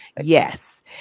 Yes